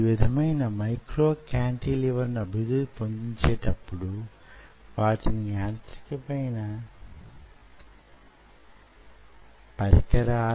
ఈ కాంటీలివర్ ల లో అనేకమైనవి సిలికన్ సబ్స్ట్రాట్ ఆధారితాలు లేక pdml సబ్స్ట్రాట్ ఆధారితాలు వలన తయారైనవి